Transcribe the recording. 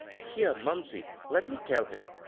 here, mumsey, let me tell him,